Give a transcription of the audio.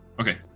Okay